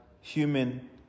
human